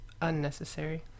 Unnecessary